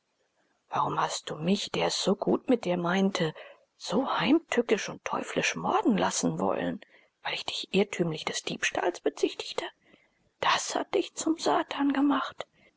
warum hast du mich der es so gut mit dir meinte so heimtückisch und teuflisch morden wollen weil ich dich irrtümlich des diebstahls bezichtigte das hat dich zum satan gemacht